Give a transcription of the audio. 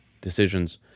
decisions